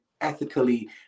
ethically